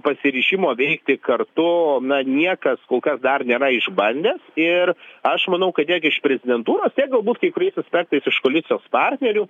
pasiryžimo veikti kartu na niekas kol kas dar nėra išbandęs ir aš manau kad tiek iš prezidentūros tiek galbūt kai kuriais aspektais iš koalicijos partnerių